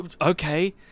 Okay